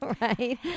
right